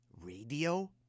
Radio